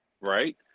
right